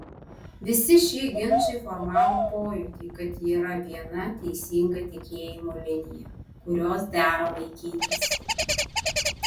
visi šie ginčai formavo pojūtį kad yra viena teisinga tikėjimo linija kurios dera laikytis